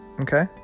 Okay